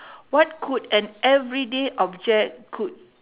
what could an everyday object could